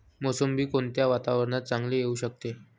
मोसंबी कोणत्या वातावरणात चांगली येऊ शकते?